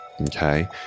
Okay